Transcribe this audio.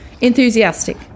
enthusiastic